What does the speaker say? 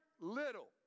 little